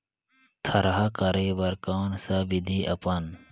थरहा करे बर कौन सा विधि अपन?